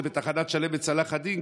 זה בתחנת שלם בצלאח א-דין,